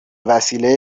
وسیله